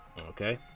Okay